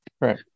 Right